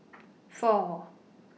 four